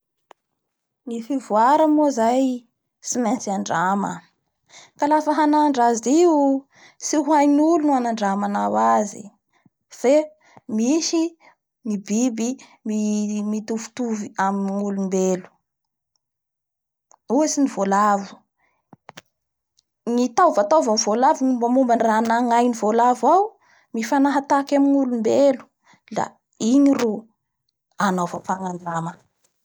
Ny fivoara moa zay tsy maintsy handrama ka lafa hanandra azy io, tsy hohain'olo ny hanandramanao azy fe misy ny biby mitovitovy amin'ny olombelo, ohatsy ny voalavo ny taovataovan'ny voalavo ny mombamomba ny raha agnainy voalavo ao, mifanahatahaky amin'ny olompbelo, a igny ro anaova fanandrama.